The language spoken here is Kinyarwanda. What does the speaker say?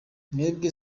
mwebwe